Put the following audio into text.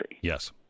Yes